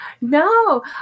No